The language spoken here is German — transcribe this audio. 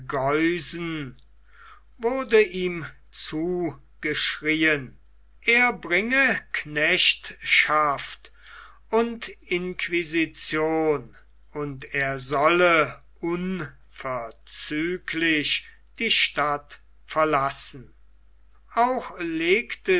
geusen wurde ihm zugeschrieen er bringe knechtschaft und inquisition und er solle unverzüglich die stadt verlassen auch legte